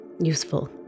useful